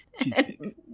Cheesecake